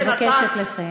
אני מבקשת לסיים.